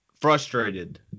frustrated